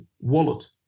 wallet